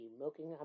milking